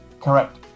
Correct